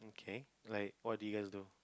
K like what do you guys do